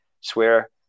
swear